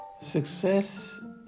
Success